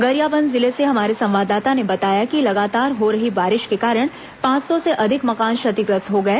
गरियाबंद जिले से हमारे संवाददाता ने बताया कि लगातार हो रही बारिश के कारण पांच सौ से अधिक मकान क्षतिग्रस्त हो गए